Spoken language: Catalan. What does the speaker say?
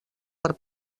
per